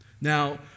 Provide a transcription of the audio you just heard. Now